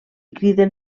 criden